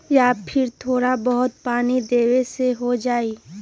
या फिर थोड़ा बहुत पानी देबे से हो जाइ?